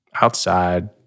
outside